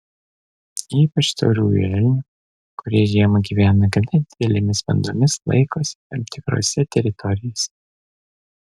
ypač tauriųjų elnių kurie žiemą gyvena gana didelėmis bandomis laikosi tam tikrose teritorijose